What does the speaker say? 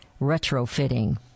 retrofitting